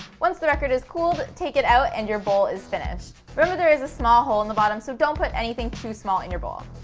once the record is cooled, take it out and your bowl is finished. remember, there is a small hole in the bottom, so don't put anything too small in your bowl.